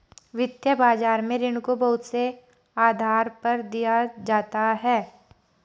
वित्तीय बाजार में ऋण को बहुत से आधार पर दिया जाता है